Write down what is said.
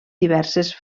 diverses